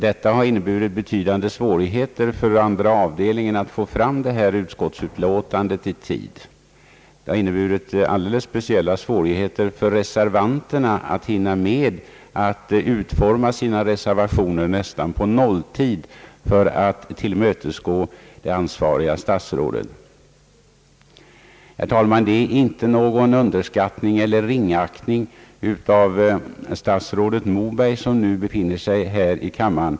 Detta har inneburit betydande svårigheter för andra avdelningen att få fram utskottsutlåtandet i tid. Och det har inneburit alldeles speciella svårigheter för reservanterna att hinna med att utforma sina reservationer nästan »på nolltid» för att tillmötesgå det ansvariga statsrådet. Vad jag nu sagt får inte uppfattas som underskattning eller ringaktning av statsrådet Moberg, som nu befinner sig här i kammaren.